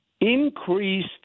increased